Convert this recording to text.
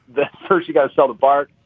the first you got to sell the part.